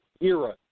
era